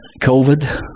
COVID